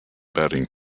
batting